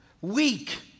Weak